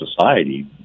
society